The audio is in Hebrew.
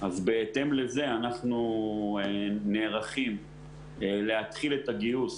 בהתאם לזה אנחנו נערכים להתחיל את הגיוס